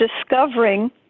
discovering